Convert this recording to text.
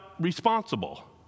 responsible